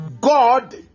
God